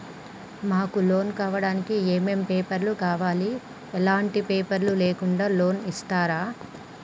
మాకు లోన్ కావడానికి ఏమేం పేపర్లు కావాలి ఎలాంటి పేపర్లు లేకుండా లోన్ ఇస్తరా?